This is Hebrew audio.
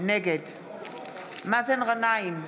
נגד מאזן גנאים,